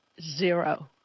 zero